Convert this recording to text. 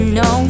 no